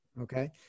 okay